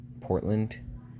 Portland